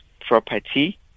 property